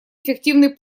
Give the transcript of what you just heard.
эффективный